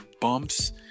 bumps